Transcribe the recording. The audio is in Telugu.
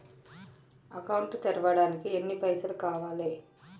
అకౌంట్ తెరవడానికి ఎన్ని పైసల్ కావాలే?